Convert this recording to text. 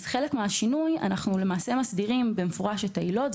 וחלק מהשינוי הוא שלמעשה אנחנו מסדירים במפורש את העילות.